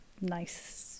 nice